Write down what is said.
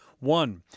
One